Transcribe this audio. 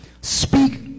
Speak